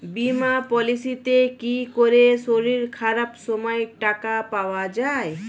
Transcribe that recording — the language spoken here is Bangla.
বীমা পলিসিতে কি করে শরীর খারাপ সময় টাকা পাওয়া যায়?